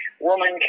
woman